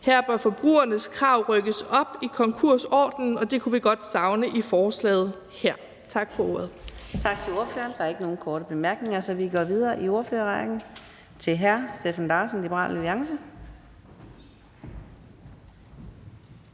Her bør forbrugernes krav rykkes op i konkursordenen, og det er noget, vi godt kunne savne i forslaget her. Tak for ordet.